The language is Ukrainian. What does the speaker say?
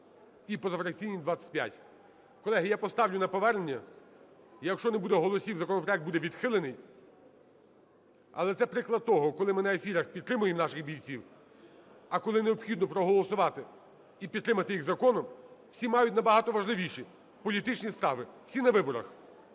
і позафракційні – 25. Колеги, я поставлю на повернення. І якщо не буде голосів, законопроект буде відхилений, але це приклад того, коли ми на ефірах підтримуємо наших бійців, а коли необхідно проголосувати і підтримати їх законом, всі мають набагато важливіші політичні справи – всі на виборах.